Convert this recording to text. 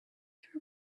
for